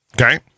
Okay